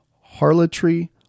harlotry